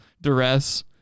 duress